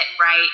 right